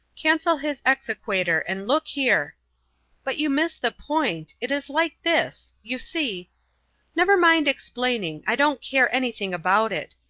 cancel his exequator and look here but you miss the point. it is like this. you see never mind explaining, i don't care anything about it.